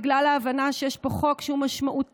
בגלל ההבנה שיש פה חוק שהוא משמעותי